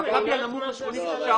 המכבי הנמוך הוא 86%,